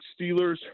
Steelers